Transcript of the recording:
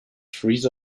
freeze